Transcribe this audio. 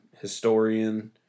historian